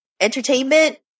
entertainment